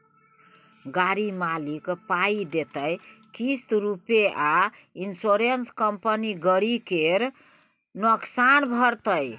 गाड़ी मालिक पाइ देतै किस्त रुपे आ इंश्योरेंस कंपनी गरी केर नोकसान भरतै